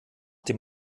dem